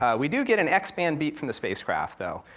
um we do get an x-band beep from the spacecraft though,